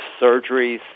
surgeries